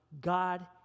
God